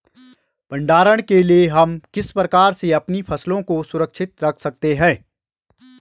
भंडारण के लिए हम किस प्रकार से अपनी फसलों को सुरक्षित रख सकते हैं?